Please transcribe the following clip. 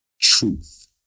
truth